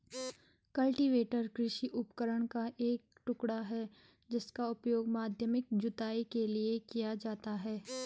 cultivator कृषि उपकरण का एक टुकड़ा है जिसका उपयोग माध्यमिक जुताई के लिए किया जाता है